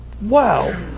wow